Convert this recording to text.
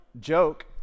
joke